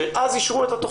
שאז אישרו את התכנית.